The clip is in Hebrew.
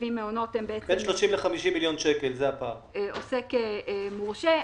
הם בעצם עוסק מורשה.